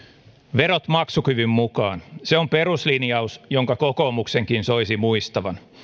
verot maksukyvyn mukaan se on peruslinjaus jonka kokoomuksenkin soisi muistavan